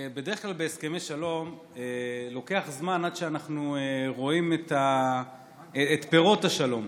בדרך כלל בהסכמי שלום לוקח זמן עד שאנחנו רואים את פירות השלום.